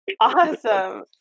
Awesome